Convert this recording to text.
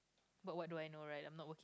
but what do I know right I'm not work